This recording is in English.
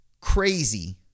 crazy